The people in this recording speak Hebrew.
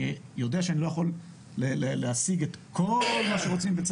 אני יודע שאני לא יכול להשיג את כל מה שרוצים.